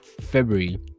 February